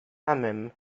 thummim